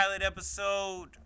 episode